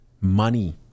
money